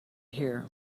here